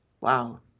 Wow